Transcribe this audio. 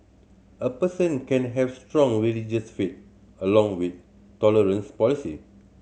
a person can have strong religious faith along with tolerant policy